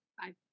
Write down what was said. Five